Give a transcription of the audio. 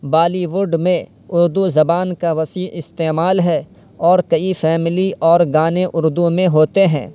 بالی would میں اردو زبان کا وسیع استعمال ہے اور کئی فیملی اور گانے اردو میں ہوتے ہیں